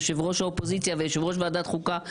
יושב ראש האופוזיציה ויושב ראש ועדת חוקה,